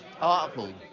article